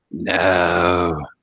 No